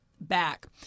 back